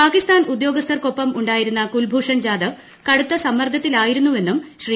പാകിസ്ഥാൻ ഉദ്യോഗസ്ഥർക്കൊപ്പം ഉണ്ടായിരുന്ന കുൽഭൂഷൺ ജാദവ് കടുത്ത സമ്മർദ്ദത്തിലായിരുന്നുവെന്നും ശ്രീ